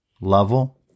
level